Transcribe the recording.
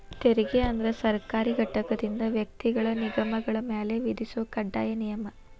ತೆರಿಗೆ ಅಂದ್ರ ಸರ್ಕಾರಿ ಘಟಕದಿಂದ ವ್ಯಕ್ತಿಗಳ ನಿಗಮಗಳ ಮ್ಯಾಲೆ ವಿಧಿಸೊ ಕಡ್ಡಾಯ ನಿಯಮ